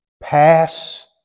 pass